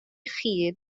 chi